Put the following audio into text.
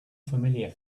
familiar